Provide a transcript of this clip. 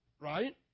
Right